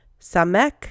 Samek